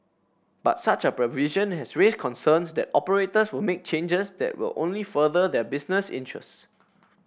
but such a provision has raised concerns that operators will make changes that will only further their business interests